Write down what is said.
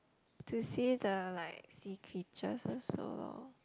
to see the like sea creatures also loh